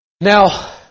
Now